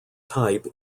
type